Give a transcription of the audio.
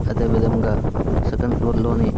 అదేవిధంగా సెకండ్ ఫ్లోర్లోని